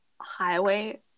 highway